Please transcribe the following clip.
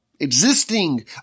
existing